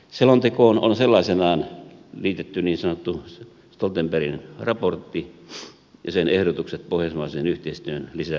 selontekoon on sellaisenaan liitetty niin sanottu stoltenbergin raportti ja sen ehdotukset pohjoismaisen yhteistyön lisäämiseksi